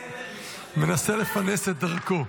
מנסה לפלס את דרכו.